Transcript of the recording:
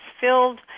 filled